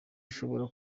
ishobora